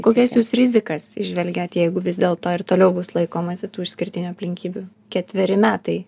kokias jūs rizikas įžvelgiat jeigu vis dėlto ir toliau bus laikomasi tų išskirtinių aplinkybių ketveri metai